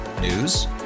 News